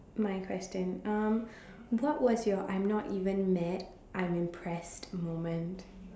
my question um what was your I'm not even mad I'm impressed moment